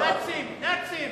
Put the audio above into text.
נאצים